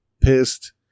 pissed